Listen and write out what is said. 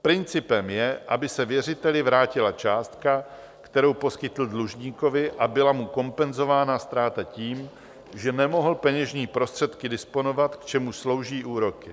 Principem je, aby se věřiteli vrátila částka, kterou poskytl dlužníkovi, a byla mu kompenzována ztráta tím, že nemohl peněžními prostředky disponovat, k čemuž slouží úroky.